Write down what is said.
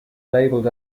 labeled